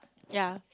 yea